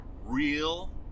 real